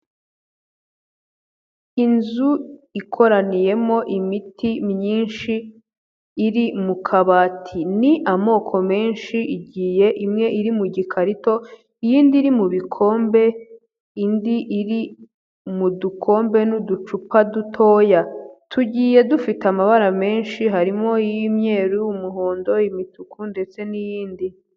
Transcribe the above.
Inzu ikoraniyemo imiti myinshi iri mu kabati ni amoko menshi igiye imwe iri mu gikarito iyindi iri mu bikombe, indi iri mu dukombe n'uducupa dutoya tugiye dufite amabara menshi harimo iy'imyeru, umuhondo, imituku ndetse n'iyindi.